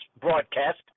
broadcast